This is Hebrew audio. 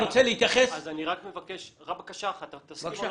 בקשה אחת,